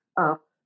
up